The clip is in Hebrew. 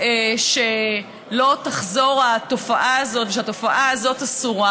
שלא תחזור התופעה הזאת ושהתופעה הזאת אסורה.